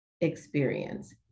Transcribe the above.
experience